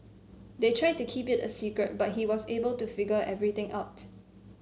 they tried to keep it a secret but he was able to figure everything out